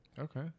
Okay